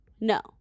No